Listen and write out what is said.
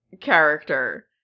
character